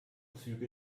züge